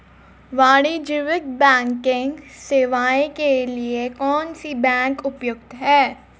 वाणिज्यिक बैंकिंग सेवाएं के लिए कौन सी बैंक उपयुक्त है?